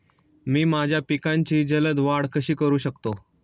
मी माझ्या पिकांची जलद वाढ कशी करू शकतो?